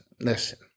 listen